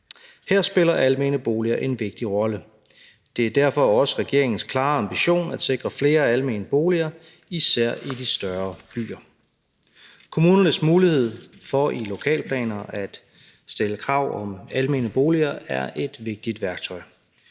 Her spiller almene boliger en vigtig rolle. Det er derfor også regeringens klare ambition at sikre flere almene boliger, især i de større byer. Kommunernes muligheder for i lokalplaner at stille krav om almene boliger er et vigtigt værktøj.